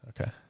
Okay